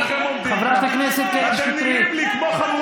חברת הכנסת קטי שטרית.